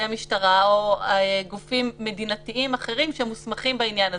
המשטרה או על-ידי גופים מדינתיים אחרים שמוסמכים בעניין הזה.